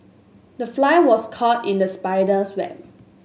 the fly was caught in the spider's web